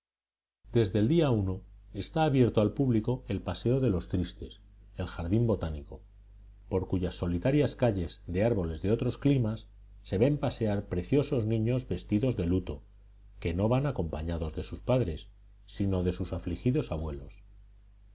desde el día está abierto al público el paseo de los tristes el jardín botánico por cuyas solitarias calles de árboles de otros climas se ven pasear preciosos niños vestidos de luto que no van acompañados de sus padres sino de sus afligidos abuelos